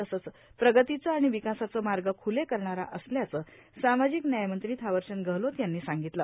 तसंच प्रगतिचे आणि विकासाचे मार्ग खुले करणारा असल्याचं सामाजिक न्यायमंत्री थावरचंद गहलोत यांनी सांगितलं